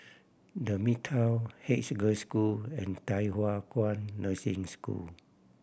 The Midtown Haig Girls' School and Thye Hua Kwan Nursing School